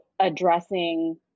addressing